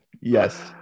yes